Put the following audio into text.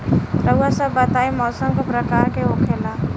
रउआ सभ बताई मौसम क प्रकार के होखेला?